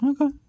okay